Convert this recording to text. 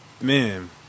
Man